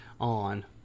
on